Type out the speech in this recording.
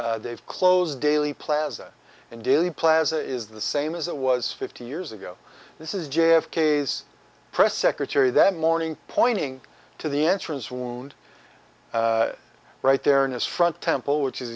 that they've closed daley plaza and dealey plaza is the same as it was fifty years ago this is jay of kay's press secretary that morning pointing to the entrance wound right there in his front temple which is